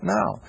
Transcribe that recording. now